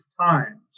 times